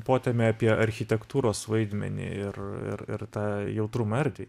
potamę apie architektūros vaidmenį ir ir ir tą jautrumą erdvei